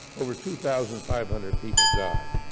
over two thousand five hundred people died,